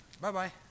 Bye-bye